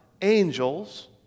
angels